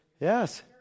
Yes